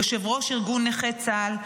יושב-ראש ארגון נכי צה"ל,